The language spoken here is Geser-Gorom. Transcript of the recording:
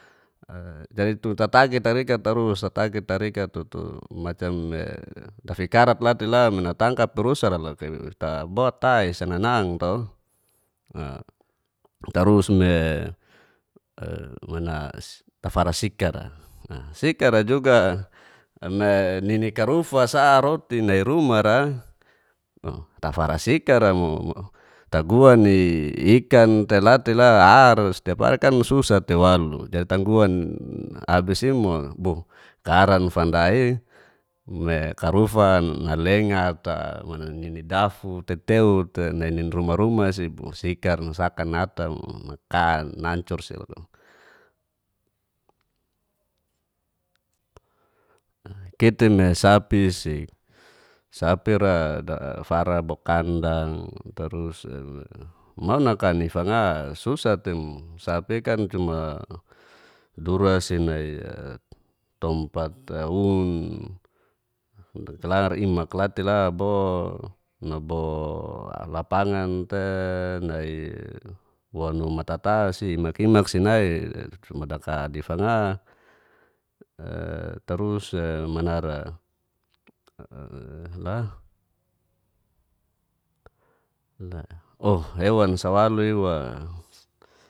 tu tatagi tarikat tarus tatagi tarika tutu macam dafikarat latela ntangkap rusara loka bo ta'i sananang to. tarus me tafara sikara, na sikara juga me nini karufa sa roti nairumara tafara sikar'amo taguan'i ikan telatela ar stiap hari kan susa tei walu dadi tangguan abis i'mo boh garan fanda'i me karufa nalenga ata nini dafu teteu te nai nini ruma rumasi boh sikar'a nasaka nata mo naka nancur si loka kite mi sapisi, sapira dafara bo kandang trus mau naka ni fanga susa tei mo sapi i'kan cuma dura si nai tompat un langar imak latela bo nabo lapangan te, nai wanu matatsi imak imak si nai cuma daka di fanga hewa sa walu iwa.